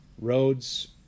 roads